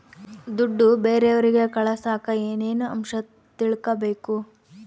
ದುಡ್ಡು ಬೇರೆಯವರಿಗೆ ಕಳಸಾಕ ಏನೇನು ಅಂಶ ತಿಳಕಬೇಕು?